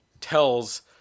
tells